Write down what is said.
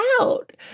out